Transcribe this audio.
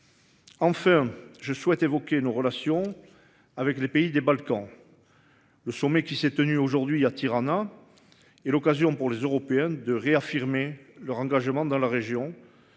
Enfin je souhaite évoquer nos relations avec les pays des Balkans. Le sommet qui s'est tenu aujourd'hui à Tirana. Et l'occasion pour les européennes de réaffirmer leur engagement dans la région.